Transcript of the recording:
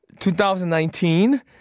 2019